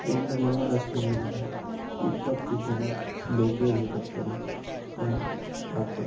ಒಂದು ಗೋರ್ಮೆಂಟ್ ಹಾಸ್ಪೆಟ್ಲಿಗೇನೆ ಇಪ್ಪತ್ತು ಜನ ಬೇಕೆ ಬೇಕಾಗ್ತನೆ ಡಾಕ್ಟರುಗಳು